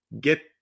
get